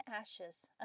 ashes